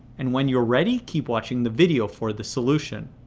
and when you're ready, keep watching the video for the solution.